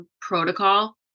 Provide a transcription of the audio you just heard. protocol